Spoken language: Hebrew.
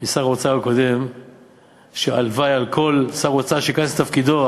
משר האוצר הקודם שהלוואי על כל שר אוצר שייכנס לתפקידו,